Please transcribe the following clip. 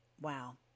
Wow